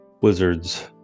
wizards